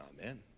Amen